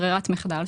ברירת מחדל,